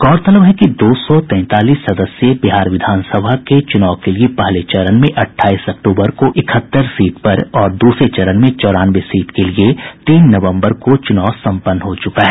गौरतलब है कि दो सौ तैंतालीस सदस्यीय बिहार विधानसभा के चुनाव के लिये पहले चरण में अट्ठाईस अक्टूबर को इकहत्तर सीट पर और दूसरे चरण में चौरानवे सीट के लिए तीन नवंबर को चुनाव संपन्न हो चुका है